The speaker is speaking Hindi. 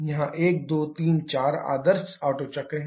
यहां 1 2 3 4 आदर्श ओटो चक्र है